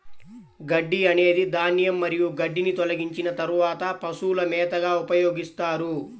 గడ్డి అనేది ధాన్యం మరియు గడ్డిని తొలగించిన తర్వాత పశువుల మేతగా ఉపయోగిస్తారు